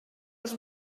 els